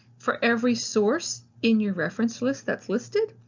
for every source in your reference list that's listed,